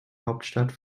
hauptstadt